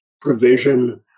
provision